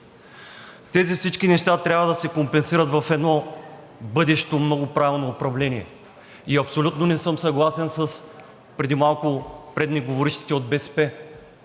тези неща трябва да се компенсират в едно бъдещо много правилно управление. И абсолютно не съм съгласен с преди малко говорившите от БСП.